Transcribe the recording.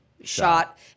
shot